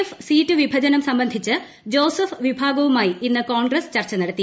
F seat വിഭജനം സംബന്ധിച്ച് ജോസഫ് വിഭാഗവുമായി ഇന്ന് കോൺഗ്രസ് ചർച്ച നടത്തി